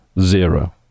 zero